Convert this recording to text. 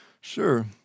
Sure